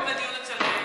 קודם הדיון אצל מרגי.